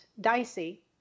Dicey